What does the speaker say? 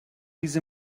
diese